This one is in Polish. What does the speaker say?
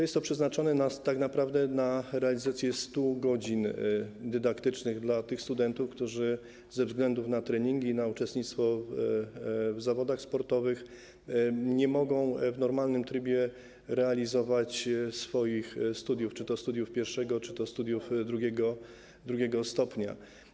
Jest to przeznaczone tak naprawdę na realizację 100 godzin dydaktycznych dla tych studentów, którzy ze względu na treningi, na uczestnictwo w zawodach sportowych nie mogą w normalnym trybie realizować swoich studiów, czy to studiów pierwszego, czy drugiego stopnia.